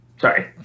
sorry